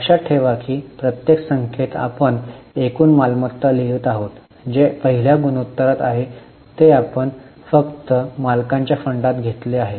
लक्षात ठेवा की प्रत्येक संख्येत आपण एकूण मालमत्ता लिहित आहोत जे पहिल्या गुणोत्तरात आहे जे आपण फक्त मालकांच्या फंडात घेतले आहे